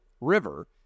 river